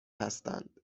هستند